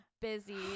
busy